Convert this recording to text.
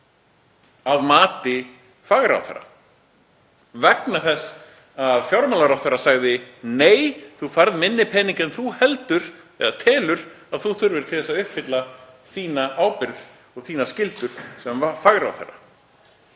að mati fagráðherra vegna þess að fjármálaráðherra sagði: Nei, þú færð minni pening en þú heldur eða telur að þú þurfir til að uppfylla þína ábyrgð og þínar skyldur sem fagráðherra.